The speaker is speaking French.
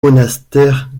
monastères